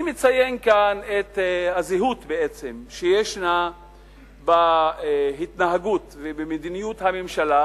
אני מציין כאן את הזהות שיש בין התנהגות ומדיניות הממשלה,